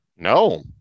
No